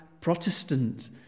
Protestant